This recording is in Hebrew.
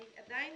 אני עדיין